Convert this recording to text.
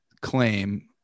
Claim